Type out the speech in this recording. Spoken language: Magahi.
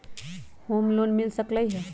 होम लोन मिल सकलइ ह?